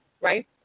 right